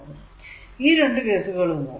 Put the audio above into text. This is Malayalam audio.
ഇനി ഈ രണ്ടു കേസുകളും നോക്കുക